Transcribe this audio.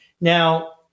Now